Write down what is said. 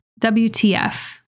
WTF